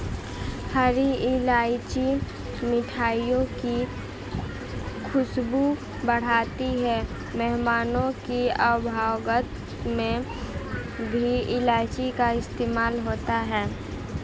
हरी इलायची मिठाइयों की खुशबू बढ़ाती है मेहमानों की आवभगत में भी इलायची का इस्तेमाल होता है